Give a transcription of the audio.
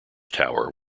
tower